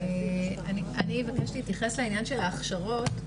אני אבקש להתייחס לעניין של ההכשרות,